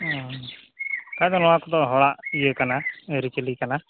ᱦᱩᱸ ᱠᱷᱟᱱ ᱫᱚ ᱱᱚᱣᱟ ᱠᱚᱫᱚ ᱦᱚᱲᱟᱜ ᱤᱭᱟᱹ ᱠᱟᱱᱟ ᱟᱨᱤᱪᱟᱞᱤ ᱠᱟᱱᱟ